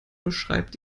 beschreibt